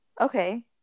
Okay